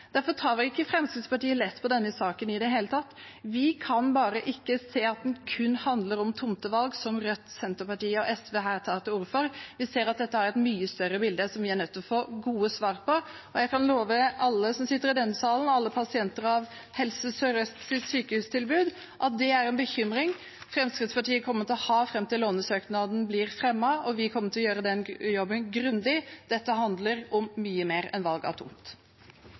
Derfor tar ikke Fremskrittspartiet lett på denne saken i det hele tatt. Vi kan bare ikke se at den kun handler om tomtevalg, som Rødt, Senterpartiet og SV her tar til orde for. Vi ser at dette er et mye større bilde, der vi er nødt til å få gode svar, og jeg kan love alle som sitter i denne salen, og alle pasienter som omfattes av sykehustilbudet i Helse Sør-Øst, at det er en bekymring Fremskrittspartiet kommer til å ha fram til lånesøknaden blir fremmet. Vi kommer til å gjøre den jobben grundig. Dette handler om mye mer enn valg av tomt.